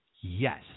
Yes